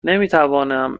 نمیتوانم